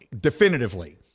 Definitively